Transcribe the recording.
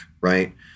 right